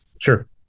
Sure